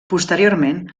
posteriorment